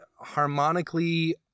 Harmonically